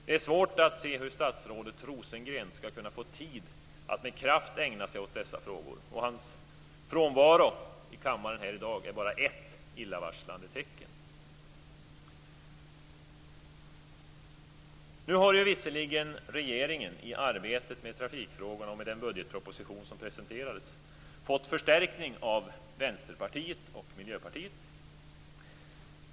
Det är svårt att se hur statsrådet Rosengren skall kunna få tid att med kraft ägna sig åt dessa frågor. Hans frånvaro i kammaren här i dag är bara ett illavarslande tecken. Nu har ju visserligen regeringen i arbetet med trafikfrågorna, med den budgetproposition som presenterats, fått förstärkning av Vänsterpartiet och Miljöpartiet.